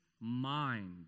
mind